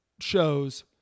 shows